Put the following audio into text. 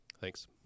Thanks